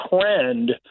trend